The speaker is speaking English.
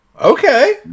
Okay